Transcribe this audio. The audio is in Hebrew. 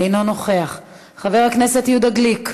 אינו נוכח, חבר הכנסת יהודה גליק,